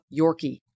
Yorkie